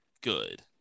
good